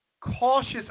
cautious